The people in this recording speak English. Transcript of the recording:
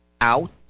out